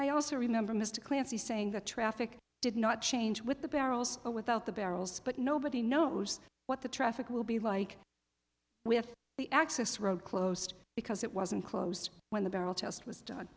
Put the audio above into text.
i also remember mr clancy saying the traffic did not change with the barrels or without the barrels but nobody knows what the traffic will be like with the access road closed because it wasn't closed when the barrel test was done